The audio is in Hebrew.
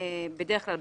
בדרך כלל,